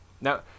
Now